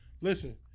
Listen